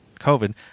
COVID